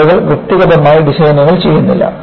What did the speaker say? ആളുകൾ വ്യക്തിഗതമായി ഡിസൈനുകൾ ചെയ്യുന്നില്ല